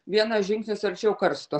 vienas žingsnis arčiau karsto